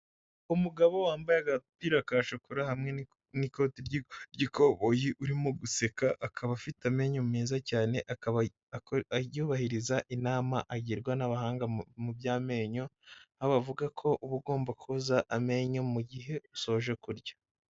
Umugabo wambaye agapira kashokora hamwe n'ikoti ry'ikoyi urimo guseka akaba afite amenyo meza cyane akaba yubahiriza inama agirwa n'abahanga mu by'amenyo aho avuga ko uba ugomba koza amenyo mu gihe usoje kurya.